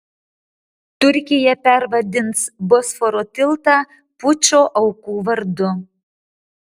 turkija pervardins bosforo tiltą pučo aukų vardu